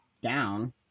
down